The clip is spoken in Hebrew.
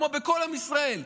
כמו בכל עם ישראל,